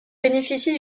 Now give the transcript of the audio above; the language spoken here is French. bénéficie